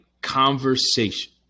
conversation